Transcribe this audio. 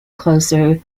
closer